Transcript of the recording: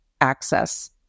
access